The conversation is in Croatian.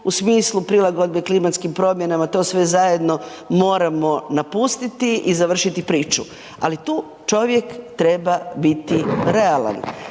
u smislu prilagodbe klimatskim promjenama, to sve zajedno moramo napustiti i završiti priču, ali tu čovjek treba biti realan.